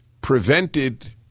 prevented